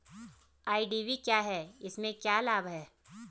IDV क्या है इसमें क्या लाभ है?